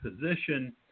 position